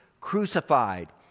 crucified